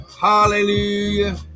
Hallelujah